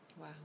Wow